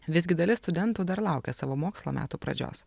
visgi dalis studentų dar laukia savo mokslo metų pradžios